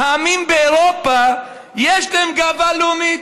העמים באירופה, יש להם גאווה לאומית,